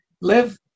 Live